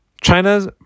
China's